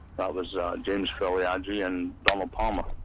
that was james filliagi and donald palmer.